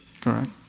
Correct